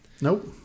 Nope